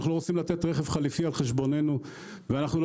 אנחנו לא רוצים לתת רכב חליפי על חשבוננו ואנחנו לא